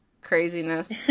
craziness